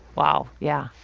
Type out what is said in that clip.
wow, yeah.